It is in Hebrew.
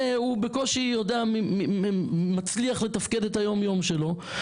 והוא בקושי מצליח לתפקד את היום-יום שלו,